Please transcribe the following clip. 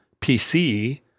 PC